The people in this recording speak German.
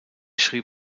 schrieb